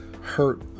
hurt